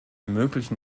möglichen